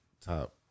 top